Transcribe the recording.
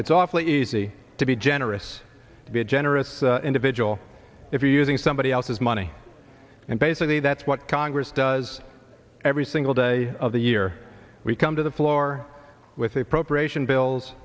it's awfully easy to be generous to be generous individual if you're using somebody else's money and basically that's what congress does every single day of the year we come to the floor with the appropriation bills